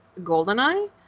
Goldeneye